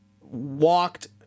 walked